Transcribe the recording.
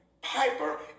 piper